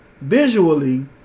Visually